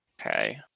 Okay